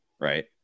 right